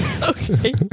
Okay